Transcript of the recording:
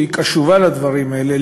שהיא קשובה לדברים האלה,